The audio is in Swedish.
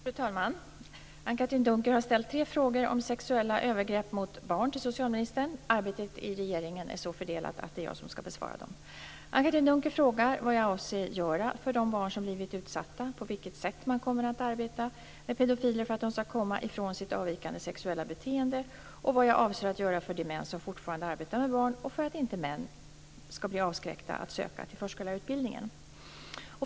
Fru talman! Anne-Katrine Dunker har ställt tre frågor om sexuella övergrepp mot barn till socialministern. Arbetet i regeringen är så fördelat att det är jag som skall besvara dem. Anne-Katrine Dunker frågar vad jag avser att göra för de barn som blivit utsatta, på vilket sätt man kommer att arbeta med pedofiler för att de skall komma ifrån sitt avvikande sexuella beteende och vad jag avser att göra för de män som fortfarande arbetar med barn och för att män inte skall bli avskräckta att söka till förskollärarutbildningen.